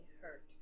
hurt